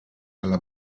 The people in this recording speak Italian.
alla